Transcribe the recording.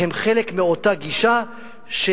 הם חלק מאותה גישה,